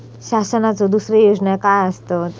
शासनाचो दुसरे योजना काय आसतत?